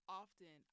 often